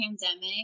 pandemic